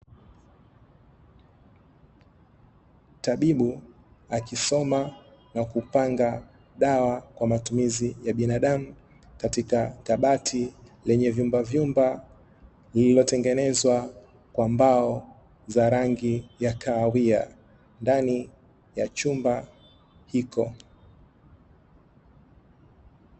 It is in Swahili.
Tabibu akisoma na kupanga dawa kwa matumizi ya binadamu katika kabati, lenye vyumba vyumba, lililotengenezwa kwa mbao za rangi ya kahawia ndani ya chumba hiko.